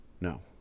No